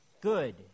good